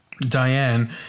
Diane